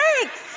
thanks